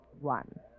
one